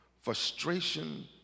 Frustration